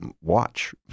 watch